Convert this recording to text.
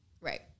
Right